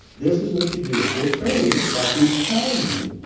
this is what you do. if you'll train like we tell you,